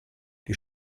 die